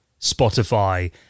Spotify